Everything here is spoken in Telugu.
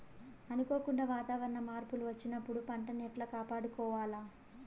అనుకోకుండా వాతావరణ మార్పులు వచ్చినప్పుడు పంటను ఎట్లా కాపాడుకోవాల్ల?